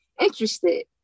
interested